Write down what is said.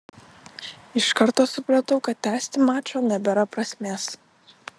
iš karto supratau kad tęsti mačo nebėra prasmės